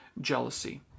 jealousy